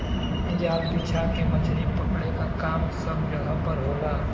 जाल बिछा के मछरी पकड़े क काम सब जगह पर होला